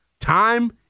Time